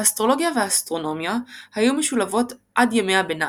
האסטרולוגיה והאסטרונומיה היו משולבות עד ימי הביניים,